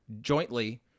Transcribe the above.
jointly